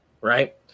right